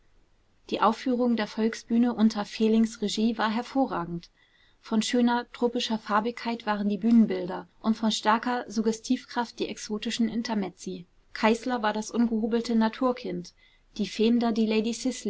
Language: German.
die aufführung der volksbühne unter fehlings regie war hervorragend von schöner tropischer farbigkeit waren die bühnenbilder und von starker suggestivkraft die exotischen intermezzi kayßler war das ungehobelte naturkind die fehdmer die